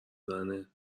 زنه